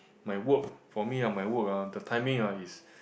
my work for me ah my work ah the timing ah is